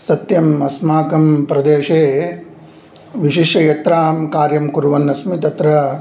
सत्यम् अस्माकं प्रदेशे विशिष्य यत्र अहं कार्यं कुर्वन्नस्मि तत्र